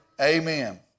Amen